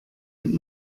mit